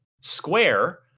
Square